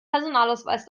personalausweis